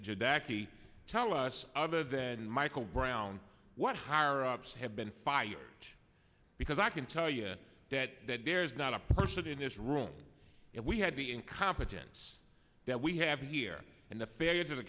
jackie tell us other than michael brown what higher ups have been fired because i can tell you that that there's not a person in this room if we had the incompetence that we have here and the failures